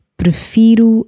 prefiro